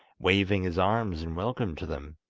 waving his arms in welcome to them.